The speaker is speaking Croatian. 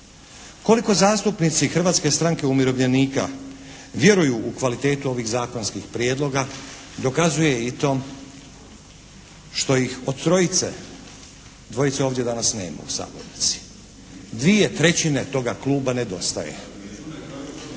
Koliko zastupnici Hrvatske stranke umirovljenika vjeruju u kvalitetu ovih zakonskih prijedloga dokazuje i to što ih od trojice dvojice ovdje danas nema u sabornici, dvije trećine toga kluba nedostaje.